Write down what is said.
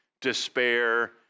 despair